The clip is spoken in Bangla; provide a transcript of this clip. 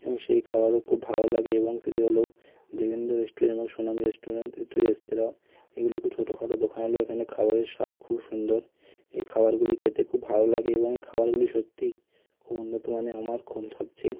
এবং সেই খাবারও খুব ভালো লাগে এবং সেটি হলো দেবেন্দ্র রেস্টুরেন্ট এবং সুনম রেস্টুরেন্ট দুটি রেস্তেরাঁ এগুলো খুব ছোট খাটো দোকান হলেও এখানে খাবারের স্বাদ খুব সুন্দর এই খাবারগুলি খেতে খুব ভালো লাগে এবং এ খাবারগুলি সত্যিই খুব উন্নত মানের আমার খুব সবচেয়ে